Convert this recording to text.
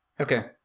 Okay